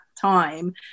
time